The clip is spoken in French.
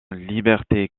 liberté